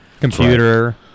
Computer